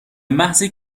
محضی